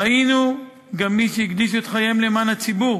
ראינו גם מי שהקדישו חייהם למען הציבור